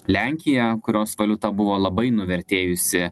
lenkiją kurios valiuta buvo labai nuvertėjusi